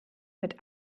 mit